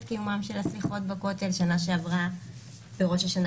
קיומן של הסליחות בכותל בשנה שעברה בראש השנה